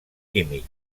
químic